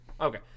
Okay